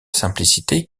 simplicité